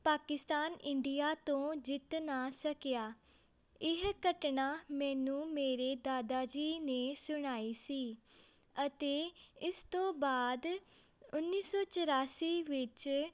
Pakistan India ਤੋਂ ਜਿੱਤ ਨਾ ਸਕਿਆ ਇਹ ਘਟਨਾ ਮੈਨੂੰ ਮੇਰੇ ਦਾਦਾ ਜੀ ਨੇ ਸੁਣਾਈ ਸੀ ਅਤੇ ਇਸ ਤੋਂ ਬਾਅਦ ਉੱਨੀ ਸੌ ਚੁਰਾਸੀ ਵਿੱਚ